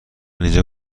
اینجا